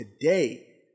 today